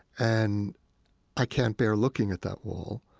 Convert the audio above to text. and i can't bear looking at that wall.